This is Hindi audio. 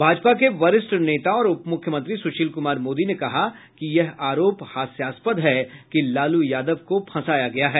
भाजपा के वरिष्ठ नेता और उपमुख्यंत्री सुशील कुमार मोदी ने कहा कि यह आरोप हास्यास्पद है कि लालू यादव को फंसाया गया है